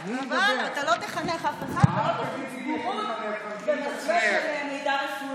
אבל אתה לא תחנך אף אחד בבורות במסווה של מידע רפואי.